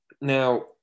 Now